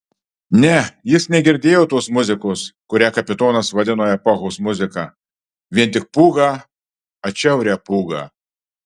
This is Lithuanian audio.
ne jis negirdėjo tos muzikos kurią kapitonas vadino epochos muzika vien tik pūgą atšiaurią pūgą